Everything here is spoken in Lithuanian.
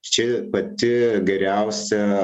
čia pati geriausia